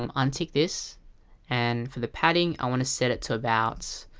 um untick this and for the padding i want to set it to about